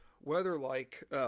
weather-like